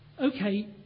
okay